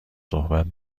صحبت